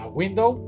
window